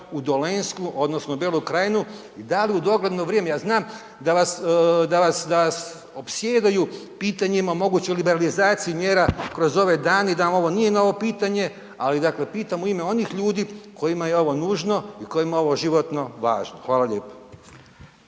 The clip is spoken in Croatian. u Dolenjsku odnosno Belu krajinu i da li u dogledno vrijeme, ja znam da vas, da vas, da opsjedaju pitanjima o mogućoj liberalizaciji mjera kroz ove dane i da vam ovo nije novo pitanje, ali dakle, pitam u ime onih ljudi kojima je ovo nužno i kojima je ovo životno važno. Hvala lijepo.